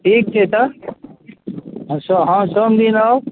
ठीक छै तऽ हँ सोम दिन आउ